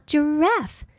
Giraffe